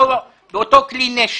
באותו כלי נשק.